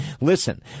Listen